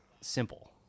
simple